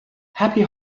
happy